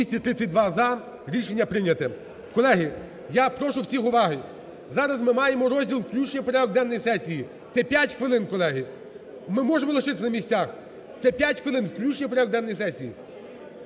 За-232 Рішення прийняте. Колеги, я прошу всіх уваги. Зараз ми маємо розділ включення в порядок денний сесії, це 5 хвилин, колеги. Ми можемо лишитися на місцях, це 5 хвилин, включення в порядок денний сесії.